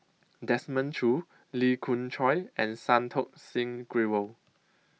Desmond Choo Lee Khoon Choy and Santokh Singh Grewal